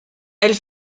elle